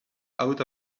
out